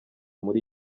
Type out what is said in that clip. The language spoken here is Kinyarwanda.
muri